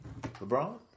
LeBron